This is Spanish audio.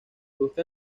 gusta